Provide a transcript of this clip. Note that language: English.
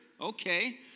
Okay